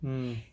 mm